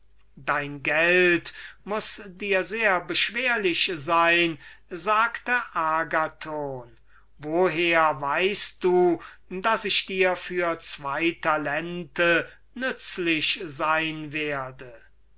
dein geld muß dir sehr beschwerlich sein sagte agathon woher weißt du daß ich dir für zwei talente nützlich sein werde